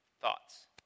thoughts